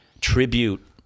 tribute